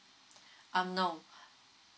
um no